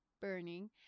burning